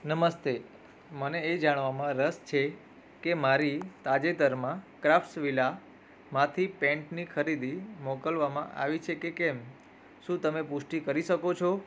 નમસ્તે મને એ જાણવામાં રસ છે કે મારી તાજેતરમાં ક્રાફ્ટ્સવિલામાંથી પેન્ટની ખરીદી મોકલવામાં આવી છે કે કેમ શું તમે પુષ્ટિ કરી શકો છો